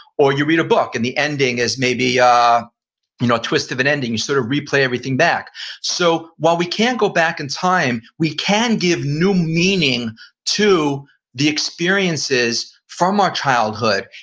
or you read a book and the ending is maybe yeah you know twist of an ending, you sort of replay everything back so, while we can't go back in time we can give new meaning to the experiences from our childhood,